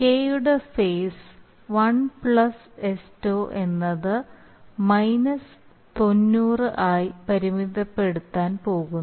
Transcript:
K യുടെ phase 1 plus sτ എന്നത് 90 ആയി പരിമിതപ്പെടുത്താൻ പോകുന്നു